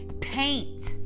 Paint